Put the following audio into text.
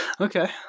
okay